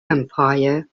empire